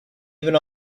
even